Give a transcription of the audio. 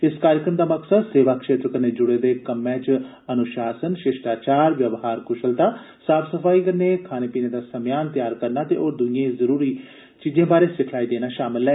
इस कार्जक्रम दा मकसद सेवा क्षेत्र कन्नै जुड़े दे कम्मै च अनुशासन शिश्टाचार व्यवहार कशलता साफ सफाई कन्नै खाने पीने दा समेयान तैयार करना ते होर दुइयें जरुरी सिखलाई देना ऐ